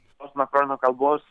šitos makrono kalbos